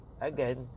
Again